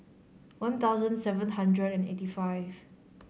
one thousand seven hundred and eighty five